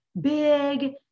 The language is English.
big